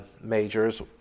majors